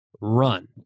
run